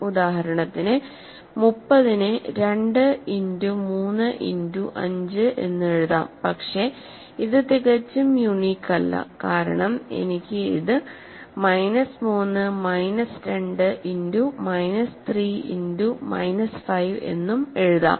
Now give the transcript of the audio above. ഉദാഹരണത്തിന് 30 നെ 2 into 3 into 5 എന്ന് എഴുതാം പക്ഷേ ഇത് തികച്ചും യുണീക് അല്ല കാരണം എനിക്ക് ഇത് minus 3 minus 2 into minus 3 into 5 എന്നും എഴുതാം